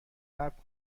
صبر